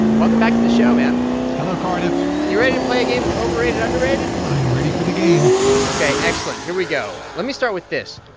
welcome back to the show, man hello, cardiff you ready to play a game of overrated underrated? i am ready for the game ok, excellent. here we go. let me start with this.